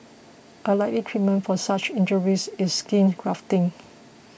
a likely treatment for such injuries is skin grafting